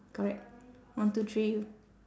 correct one two three